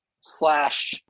slash